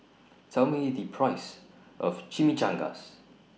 Tell Me The Price of Chimichangas